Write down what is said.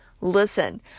Listen